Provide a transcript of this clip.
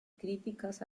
críticas